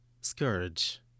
Scourge